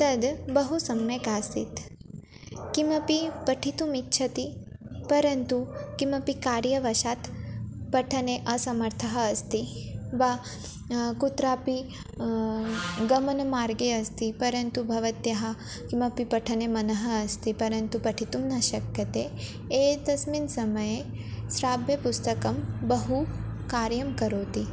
तद् बहु सम्यक् आसीत् किमपि पठितुम् इच्छति परन्तु किमपि कार्यवशात् पठने असमर्थः अस्ति वा कुत्रापि गमनमार्गे अस्ति परन्तु भवत्याः किमपि पठने मनः अस्ति परन्तु पठितुं न शक्यते एतस्मिन् समये श्राव्यपुस्तकं बहु कार्यं करोति